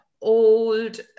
old